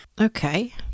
Okay